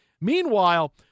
Meanwhile